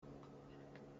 nan